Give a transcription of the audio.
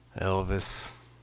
Elvis